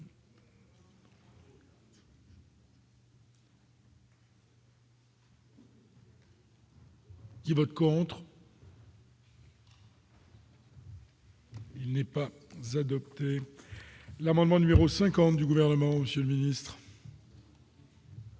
Qui vote contre. Il n'est pas adopté l'amendement numéro 50 du gouvernement Monsieur le Ministre.